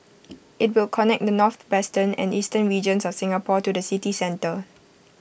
IT will connect the northwestern and eastern regions of Singapore to the city centre